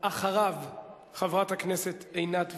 אחריו, חברת הכנסת עינת וילף,